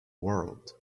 world